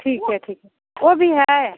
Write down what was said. ठीक है ठीक है वो भी है